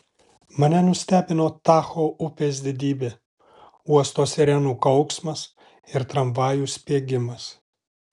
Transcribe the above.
mane nustebino tacho upės didybė uosto sirenų kauksmas ir tramvajų spiegimas